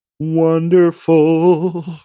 Wonderful